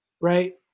right